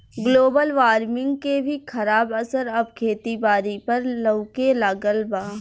global warming के भी खराब असर अब खेती बारी पर लऊके लगल बा